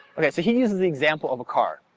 okay so he uses the example of a car,